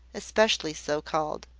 especially so called.